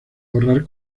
ahorrar